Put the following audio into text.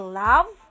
love